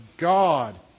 God